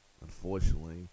unfortunately